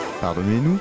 Pardonnez-nous